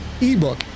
ebook